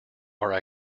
are